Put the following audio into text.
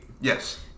Yes